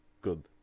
good